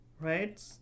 right